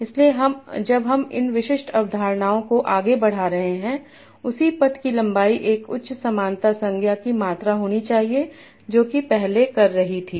इसलिए जब हम इन विशिष्ट अवधारणाओं को आगे बढ़ा रहे हैं उसी पथ की लंबाई एक उच्च समानता संज्ञा की मात्रा होनी चाहिए जो कि पहले कर रही थी